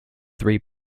three